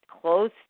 close